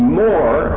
more